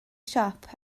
siop